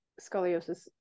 scoliosis